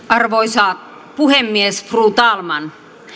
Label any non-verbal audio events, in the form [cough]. [unintelligible] arvoisa puhemies fru talman